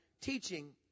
teaching